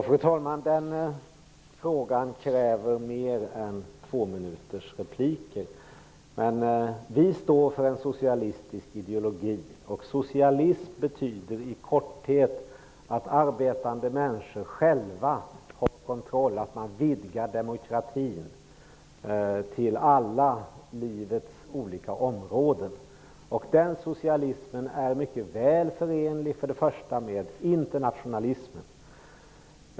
Fru talman! Den frågan kräver mer än en tvåminutersreplik. Vi står för en socialistisk ideologi, och socialism betyder i korthet att arbetande människor själva har kontroll, att demokratin vidgas till alla livets olika områden. Den socialismen är mycket väl förenlig med internationalismen.